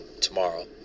tomorrow